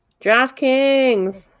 DraftKings